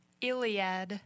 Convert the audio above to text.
Iliad